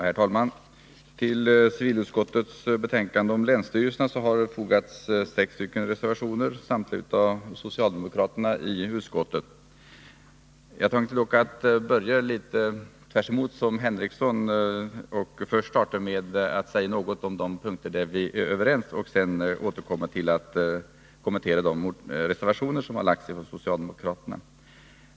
Herr talman! Till civilutskottets betänkande om länsstyrelserna har fogats sex reservationer, samtliga av socialdemokraterna i utskottet. I motsats till Lars Henrikson tänkte jag börja med att säga något om de punkter där vi är överens och först därefter kommentera de reservationer som avgivits.